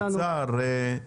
האוצר,